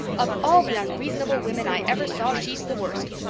of all the unreasonable women i ever saw she's the worst.